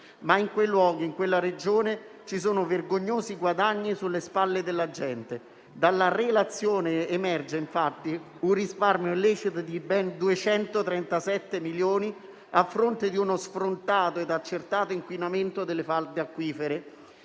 In quel luogo e in quella Regione ci sono vergognosi guadagni sulle spalle della gente. Dalla relazione emerge infatti un risparmio illecito di ben 237 milioni a fronte di uno sfrontato e accertato inquinamento delle falde acquifere.